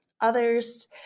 others